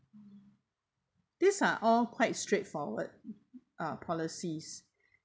these are all quite straightforward uh policies